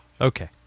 Okay